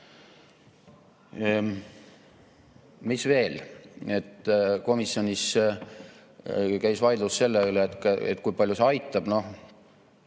Mis veel? Komisjonis käis vaidlus selle üle, kui palju see aitab.